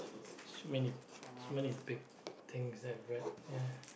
so many so many big things that I've read ya